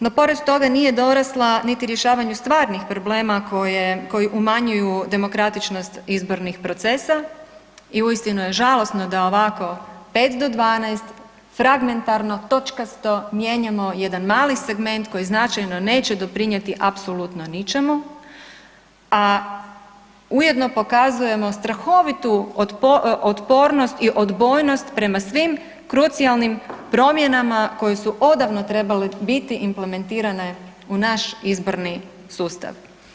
No pored toga nije dorasla niti rješavanju stvarnih problema koji umanjuju demokratičnost izbornih procesa i uistinu je žalosno da ovako 5 do 12 fragmentarno točkasto mijenjamo jedan mali segment koji značajno neće doprinijeti apsolutno ničemu, a ujedno pokazujemo strahovitu otpornost i odbojnost prema svim krucijalnim promjenama koje su odavno trebale biti implementirane u naš izborni sustav.